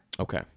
Okay